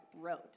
wrote